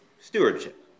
stewardship